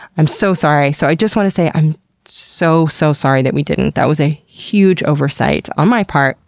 i'm so sorry. so i just want to say i'm so so sorry that we didn't. that was a huge oversight on my part.